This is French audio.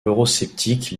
eurosceptique